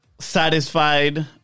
satisfied